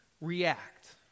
react